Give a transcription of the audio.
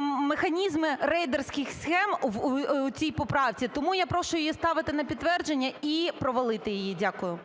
механізми рейдерських схем у цій поправці. Тому я прошу її ставити на підтвердження і провалити її. Дякую.